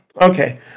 okay